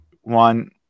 one